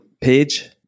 page